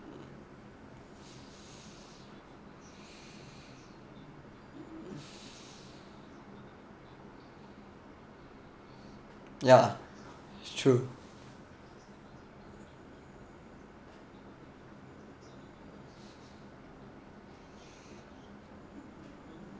ya it's true